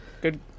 Good